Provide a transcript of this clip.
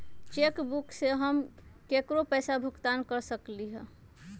cheque book से हम केकरो पैसा भुगतान कर सकली ह